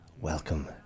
welcome